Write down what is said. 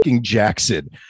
jackson